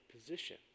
position